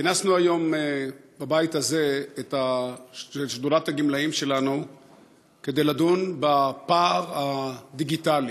כינסנו היום בבית הזה את שדולת הגמלאים שלנו כדי לדון בפער הדיגיטלי.